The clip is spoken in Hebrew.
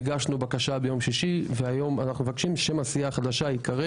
אנחנו מבקשים היום שהסיעה תיקרא